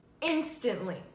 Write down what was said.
instantly